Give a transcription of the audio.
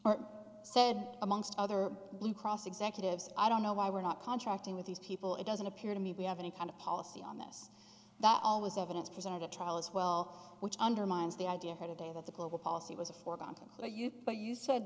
that said amongst other blue cross executives i don't know why we're not contracting with these people it doesn't appear to me we have any kind of policy on this that all was evidence presented at trial as well which undermines the idea for today that the global policy was a foregone conclusion but you said